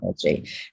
technology